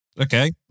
Okay